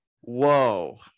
whoa